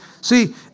See